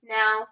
now